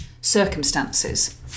circumstances